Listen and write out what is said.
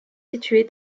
située